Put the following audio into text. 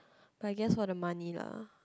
but I guess all the money lah